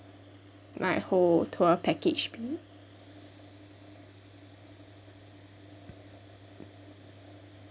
my whole tour package be